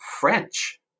French